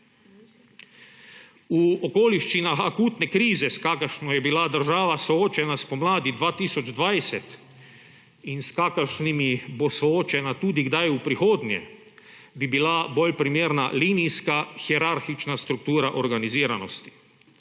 V okoliščinah akutne krize, s kakršno je bila država soočena spomladi 2020 in s kakršnimi bo soočena tudi kdaj v prihodnje, bi bila bolj primerna linijska hierarhična struktura organiziranosti.